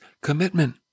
Commitment